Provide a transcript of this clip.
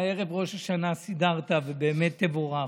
הינה, ערב ראש השנה סידרת, ובאמת, תבורך.